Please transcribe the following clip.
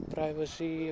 Privacy